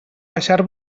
baixar